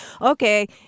Okay